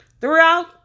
throughout